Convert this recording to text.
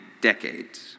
decades